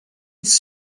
was